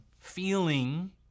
feeling